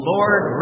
Lord